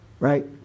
Right